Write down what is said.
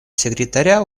секретаря